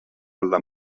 alla